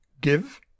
give